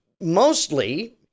mostly